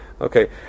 okay